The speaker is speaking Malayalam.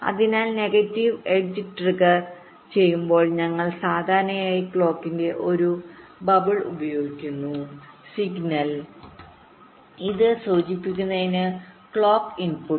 അതിനാൽ നെഗറ്റീവ് എഡ്ജ് ട്രിഗർചെയ്യുമ്പോൾ ഞങ്ങൾ സാധാരണയായി ക്ലോക്കിൽ ഒരു ബബിൾ ഉപയോഗിക്കുന്നു സിഗ്നൽ ഇത് സൂചിപ്പിക്കുന്നതിന് ക്ലോക്ക് ഇൻപുട്ട്